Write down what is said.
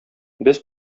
без